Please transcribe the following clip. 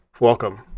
Welcome